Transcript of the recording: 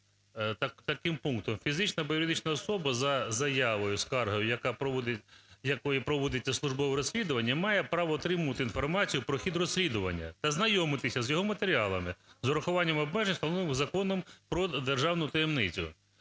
таким пунктом: "Фізична або юридична особа за заявою (скаргою), якою проводиться службове розслідування, має право отримувати інформацію про хід розслідування та знайомитися з його матеріалами, з урахуванням обмежень, встановлених Законом про державну таємницю."